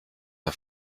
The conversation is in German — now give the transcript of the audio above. der